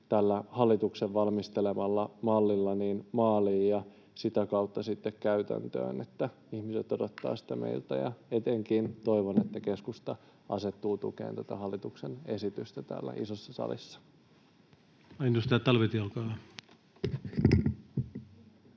tällä hallituksen valmistelemalla mallilla maaliin ja sitä kautta sitten käytäntöön — ihmiset odottavat sitä meiltä — ja etenkin toivon, että keskusta asettuu tukemaan tätä hallituksen esitystä täällä isossa salissa.